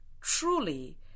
truly